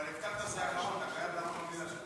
אבל הסכמת שזה האחרון, אתה חייב לעמוד במילה שלך.